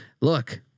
Look